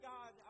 God